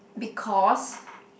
because